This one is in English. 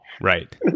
Right